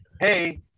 hey